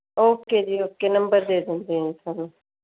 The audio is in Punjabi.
ਓਕੇ ਜੀ ਓਕੇ ਨੰਬਰ ਦੇ ਦਿੰਦੇ ਹਾਂ ਜੀ ਤੁਹਾਨੂੰ